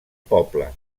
poble